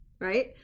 right